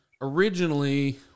originally